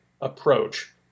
approach